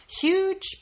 huge